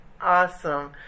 Awesome